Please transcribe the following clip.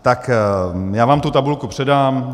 Tak já vám tu tabulku předám.